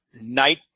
night